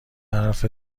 حرف